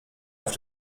auf